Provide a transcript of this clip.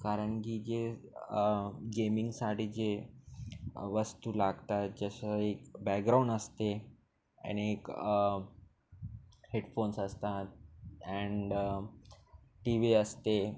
कारण की जे गेमिंगसाठी जे वस्तू लागतात जसं एक बॅग्राऊण असते आणि एक हेडफोन्स असतात अँड टी वी असते